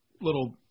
little